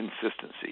consistency